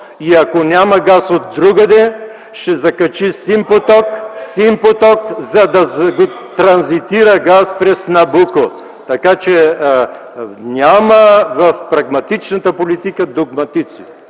и ако няма газ от другаде, ще закачи „Син поток”, за да транзитира газ през „Набуко”, така че няма в прагматичната политика догматици.